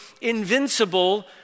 invincible